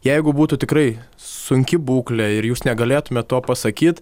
jeigu būtų tikrai sunki būklė ir jūs negalėtumėt to pasakyt